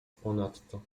ponadto